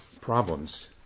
problems